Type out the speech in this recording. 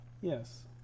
Yes